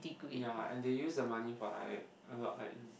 ya and they use the money for like a lot like